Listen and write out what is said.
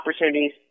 opportunities